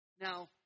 Now